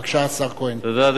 אדוני היושב-ראש,